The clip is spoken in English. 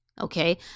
Okay